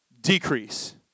decrease